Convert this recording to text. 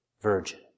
Virgin